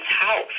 house